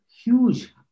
huge